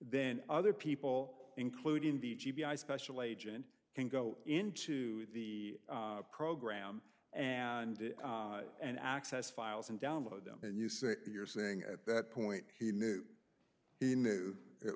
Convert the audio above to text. then other people including the g b i special agent can go into the program and and access files and download them and you say you're saying at that point he knew he knew it